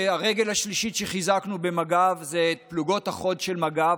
הרגל השלישית שחיזקנו במג"ב זה את פלוגות החוד של מג"ב.